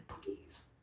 please